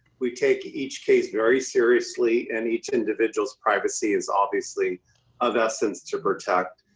we take each case very seriously and each individual's privacy is obviously of essence to protect.